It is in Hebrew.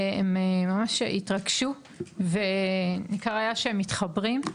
הם ממש התרגשו וניכר היה שהם מתחברים.